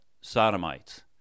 sodomites